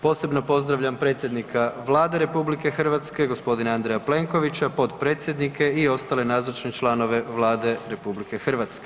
Posebno pozdravljam predsjednika Vlade RH, g. Andreja Plenkovića, potpredsjednike i ostale nazočne članove Vlade RH.